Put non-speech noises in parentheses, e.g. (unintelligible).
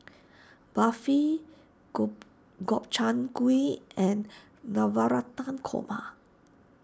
Barfi (unintelligible) Gobchang Gui and Navratan Korma